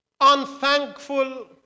Unthankful